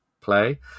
play